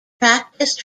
practised